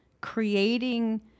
creating